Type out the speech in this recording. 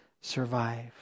survive